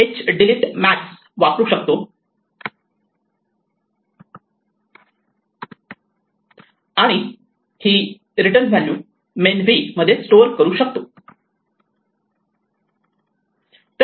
delete max वापरू शकतो आणि ही रिटर्न व्हॅल्यू मेन v मध्ये स्टोअर करू शकतो